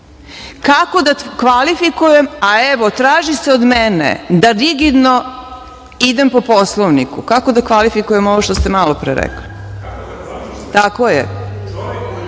Kako da kvalifikujem a evo traži se od mene da strogo idem po Poslovniku, pa kako da kvalifikujem ovo što ste malopre rekli? Ja